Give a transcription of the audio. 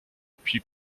puis